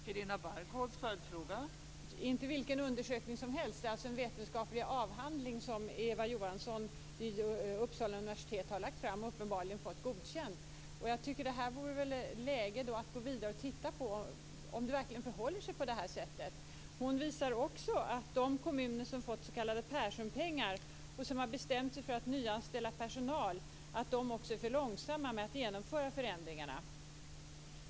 Fru talman! Det är inte vilken undersökning som helst. Det är en vetenskaplig avhandling som Eva Johansson vid Uppsala universitet har lagt fram och uppenbarligen fått godkänd. Jag tycker att det vore läge att gå vidare och titta om det verkligen förhåller sig på det här sättet. Hon visar också att de kommuner som fått s.k. Perssonpengar och som har bestämt sig för att nyanställa personal är för långsamma med att genomföra förändringarna.